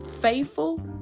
Faithful